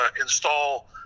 install